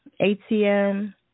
ATM